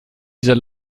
dieser